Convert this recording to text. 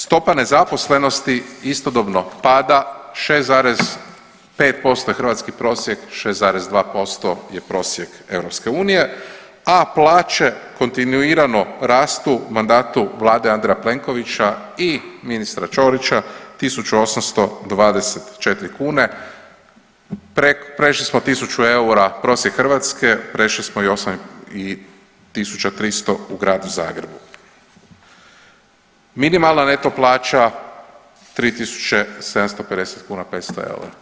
Stopa nezaposlenosti istodobno pada 6,5% je hrvatski prosjek, 6,2% je prosjek EU, a plaće kontinuirano raste u mandatu vlade Andreja Plenkovića i ministra Ćorića 1.824 kune, prešli smo tisuću eura prosjek Hrvatske, prešli smo 8.300 u gradu Zagrebu, minimalna neto plaća 3.750 kuna 500 eura.